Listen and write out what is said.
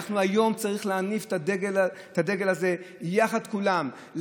היום צריך להניף את הדגל הזה יחד כולם,